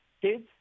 kids